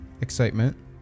excitement